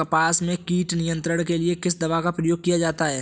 कपास में कीट नियंत्रण के लिए किस दवा का प्रयोग किया जाता है?